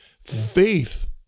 faith